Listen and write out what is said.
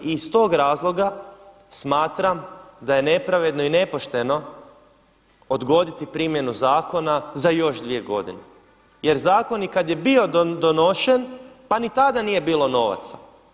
I iz tog razloga smatram da je nepravedno odgoditi primjenu zakona za još dvije godine, jer zakon kad je bio donošen pa ni tada nije bilo novaca.